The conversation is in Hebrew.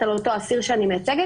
מה היא אומרת על אותו אסיר שאני מייצגת